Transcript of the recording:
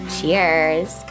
Cheers